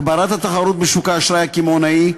הגברת התחרות בשוק האשראי הקמעונאי,